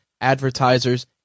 advertisers